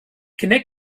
connect